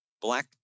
black